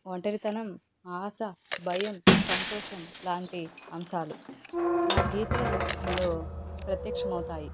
ఒంటరితనం ఆశ భయం సంతోషం లాంటి అంశాలు నా గీతల రూపంలో ప్రత్యక్షమవుతాయి